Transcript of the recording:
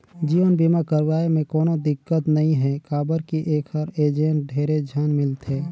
जीवन बीमा करवाये मे कोनो दिक्कत नइ हे काबर की ऐखर एजेंट ढेरे झन मिलथे